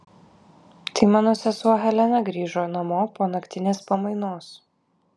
tai mano sesuo helena grįžo namo po naktinės pamainos